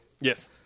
Yes